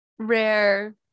Rare